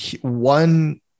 one